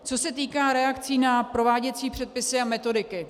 Co se týká reakcí na prováděcí předpisy a metodiky.